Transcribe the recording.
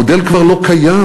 המודל כבר לא קיים.